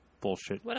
bullshit